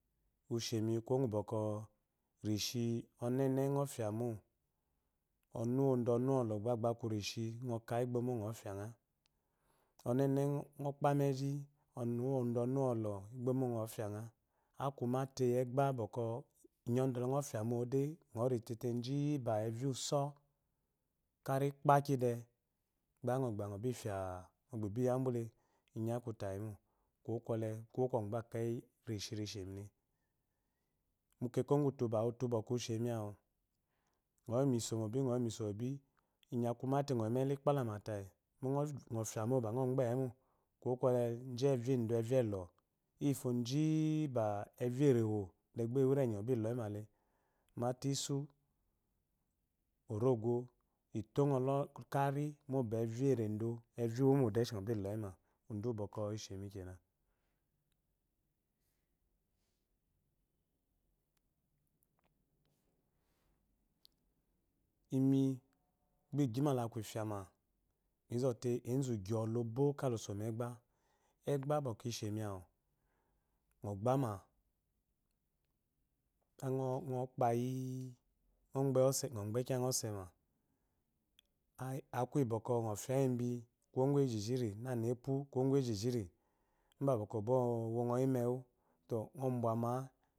Ri shemi kuwo ngu bwɔkwɔ, onene ngɔ fya mo ɔnu uwodu uwodʊ gba agba aku rishi ngɔka igbomo ngɔ fya ma ngha ɔnene ngɔ kpamiji ɔnu uwodu uwodu onu uwolɔ igbomo ngɔ fya ngha, aku mate egba bwɔkwɔ inyɔdɔle ngɔ. ngɔ fyamode, ngɔ ritété ji ba evya usɔ kari gbaki de gba ngɔ gba ngɔ fya, ngɔ bi ye angbule, inyi aku tayi mo kuwo kwɔle kuwo kungu gba ekeyi rishi rishémi. mu keko ngu ba ute, ba utu ushémi awu ngɔ yi, mu isɔ mobi ngɔ yimu isɔ mobi inyi aku maté ngɔ yi mu elu ikpalama tayi mo ngɔ fya mo ba ngɔ nkpeemo kuwo kwɔle ji evya eredo, evya elo yifu ji ba evya eréwo gba ewiri enyi ibi lɔyima le, maté isu, orogo, i to ngɔ lo kari moba evya eredo, evya uwo mode shi ngɔ bi lɔyima udu ubwɔkwɔ ishémi kgena. imi migy ma la ku ifya ma zizo te enzu gyo lo bo kha loso megba, egba bwɔkwɔ ishémi awu, ngo gbama gba pkayi, ngɔ gbe kyangha ɔse ma, aku yi bwɔkwɔ ngɔ fya yi ebi juwo ngu ejijiri ko ngɔ fya yi epu kuwo ngu ejijiri mba bwɔkwɔ obo wungɔ yi mewu.